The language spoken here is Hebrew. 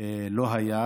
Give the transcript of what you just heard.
לא היה,